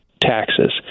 taxes